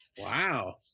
Wow